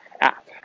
app